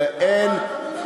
מה אתה מדבר?